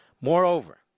Moreover